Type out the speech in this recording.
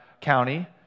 county